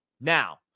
Now